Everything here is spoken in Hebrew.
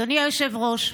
אדוני היושב-ראש,